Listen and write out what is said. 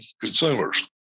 consumers